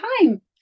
time